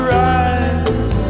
rise